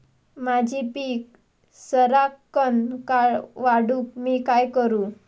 माझी पीक सराक्कन वाढूक मी काय करू?